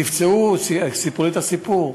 נפצעו, הם סיפרו לי את הסיפור.